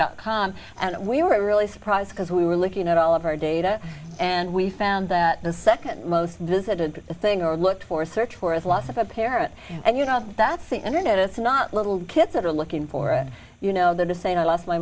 dot com and we were really surprised because we were looking at all of our data and we found that the nd most visited thing or looked for search for the loss of a parent and you know that's the internet it's not little kids that are looking for it you know that is saying i lost my